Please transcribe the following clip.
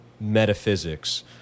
metaphysics